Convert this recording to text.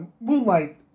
Moonlight